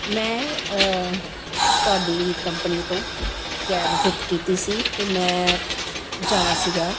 ਮੈਂ ਤੁਹਾਡੀ ਕੰਪਨੀ ਤੋਂ ਕੈਬ ਬੁੱਕ ਕੀਤੀ ਸੀ ਅਤੇ ਮੈਂ ਜਾਣਾ ਸੀਗਾ